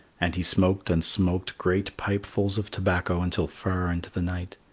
and he smoked and smoked great pipefuls of tobacco until far into the night.